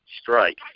Strike